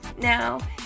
Now